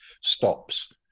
stops